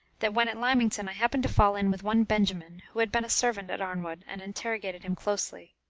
that when at lymington i happened to fall in with one benjamin, who had been a servant at arnwood, and interrogated him closely.